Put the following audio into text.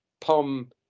Pom